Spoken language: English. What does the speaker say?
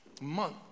month